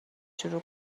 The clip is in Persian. شروع